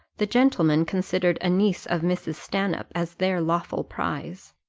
the gentlemen considered a niece of mrs. stanhope as their lawful prize.